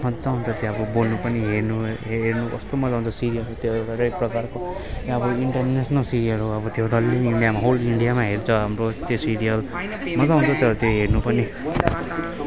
मज्जा आउँछ त्यो अब बोल्नु पनि हेर्नु हेर्नु कस्तो मज्जा आउँछ सिरियल त्यो एउटा एकप्रकारको अब इन्टरनेसनल सिरियल हो अब त्यो डल्लै इन्डियामा होल इन्डियामा हेर्छ अब त्यस भिडियो मज्जा आउँछ तर त्यो हेर्नु पनि